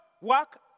work